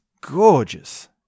gorgeous